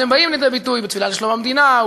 אז הם באים לידי ביטוי בתפילה לשלום המדינה,